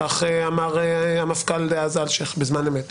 כך אמר המפכ"ל דאז אלשיך בזמן אמת.